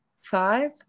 five